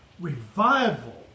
revival